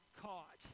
caught